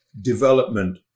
development